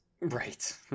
Right